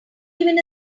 even